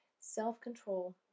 Self-control